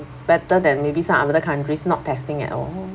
better than maybe some of the countries not testing at all